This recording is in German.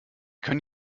können